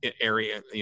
area